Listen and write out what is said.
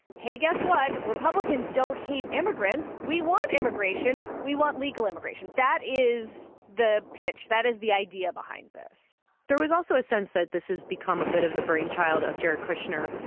hey, guess what? republicans don't hate immigrants. we want immigration. we want legal immigration. that is the pitch. that is the idea behind this there was also a sense that this has become a bit of the brainchild of jared kushner,